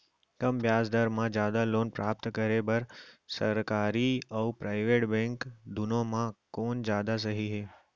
कम ब्याज दर मा जादा लोन प्राप्त करे बर, सरकारी अऊ प्राइवेट बैंक दुनो मा कोन जादा सही हे?